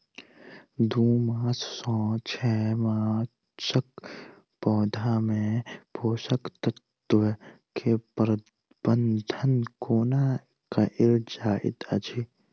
दू मास सँ छै मासक पौधा मे पोसक तत्त्व केँ प्रबंधन कोना कएल जाइत अछि?